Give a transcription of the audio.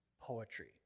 poetry